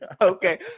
okay